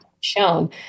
shown